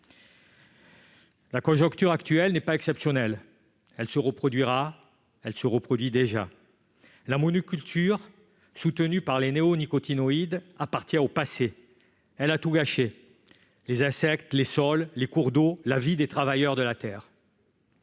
La conjoncture n'est pas exceptionnelle ; elle se reproduira et se reproduit déjà. La monoculture, soutenue par les néonicotinoïdes, appartient au passé. Elle a tout gâché : les insectes, les sols, les cours d'eau, la vie des travailleurs de la terre.